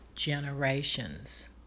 generations